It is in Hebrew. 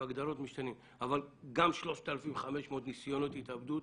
אבל גם 3,500 ניסיונות התאבדות